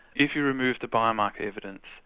if you remove the biomarker evidence,